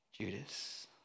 Judas